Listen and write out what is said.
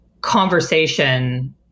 conversation